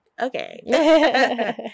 okay